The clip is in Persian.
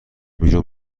بیرون